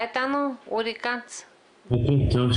בוק טוב,